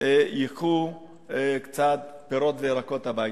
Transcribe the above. ייקחו קצת פירות וירקות הביתה,